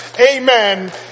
Amen